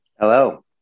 Hello